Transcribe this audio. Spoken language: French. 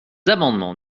amendements